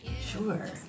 Sure